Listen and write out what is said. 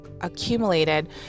accumulated